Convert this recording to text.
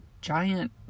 giant